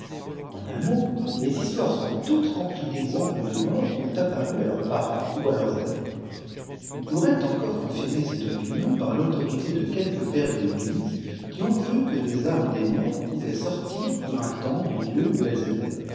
en un mot les histoires sont toutes remplies d'exemples de morts qui ont apparu à leurs parepts ou leurs amis oi pourrait encore confirmer cette opinion par ti utorité de quelques pères de l'eglise qui ont cru que les âmes des morts pouvaient sortir pour un temps du lieu où elles étaient